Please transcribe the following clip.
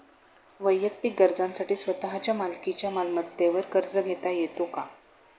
वैयक्तिक गरजांसाठी स्वतःच्या मालकीच्या मालमत्तेवर कर्ज घेता येतो का?